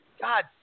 God